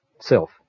self